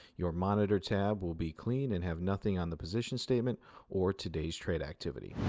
your monitor tab will be clean and have nothing on the position statement or today's trade activity.